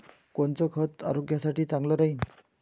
कोनचं खत आरोग्यासाठी चांगलं राहीन?